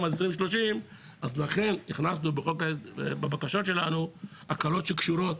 עד 2030 הכנסנו בבקשות שלנו הקלות שקשורות